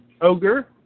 Ogre